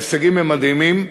ההישגים הם מדהימים,